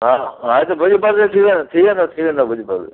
हा हा हिते भुॼ पासे थी वेंदो थी वेंदो थी वेंदो भुॼ पासे